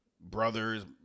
brothers